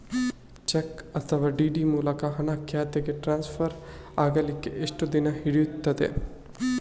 Check ಅಥವಾ DD ಮೂಲಕ ಹಣ ಖಾತೆಗೆ ಟ್ರಾನ್ಸ್ಫರ್ ಆಗಲಿಕ್ಕೆ ಎಷ್ಟು ದಿನ ಹಿಡಿಯುತ್ತದೆ?